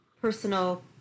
personal